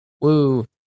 Woo